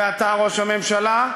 ואתה, ראש הממשלה,